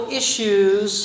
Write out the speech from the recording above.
issues